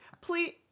Please